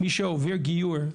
מי שעובר גיור,